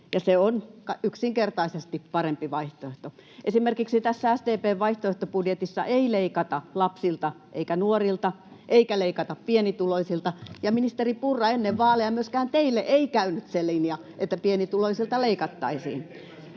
se on yksinkertaisesti parempi vaihtoehto. Esimerkiksi tässä SDP:n vaihtoehtobudjetissa ei leikata lapsilta eikä nuorilta eikä leikata pienituloisilta. Ministeri Purra, ennen vaaleja myöskään teille ei käynyt se linja, että pienituloisilta leikattaisiin.